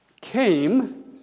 came